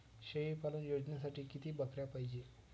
शेळी पालन योजनेसाठी किती बकऱ्या पायजे?